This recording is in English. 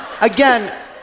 Again